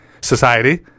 society